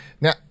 Now